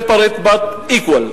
separate but equal,